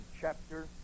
chapter